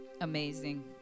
Amazing